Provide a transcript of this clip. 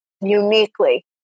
uniquely